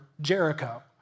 Jericho